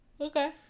Okay